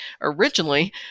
originally